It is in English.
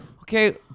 Okay